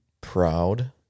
Proud